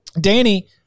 Danny